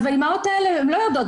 האימהות האלה לא יודעות.